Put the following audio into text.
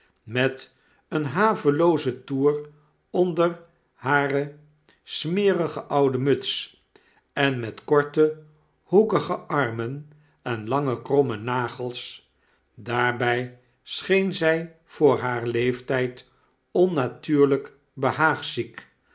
met een haveloozen toer onder hare smerige oude muts en met korte hoekige armen en lange kromme nagels daarbij scheen zg voor haar leeftfid onnatuurlgk behaagziek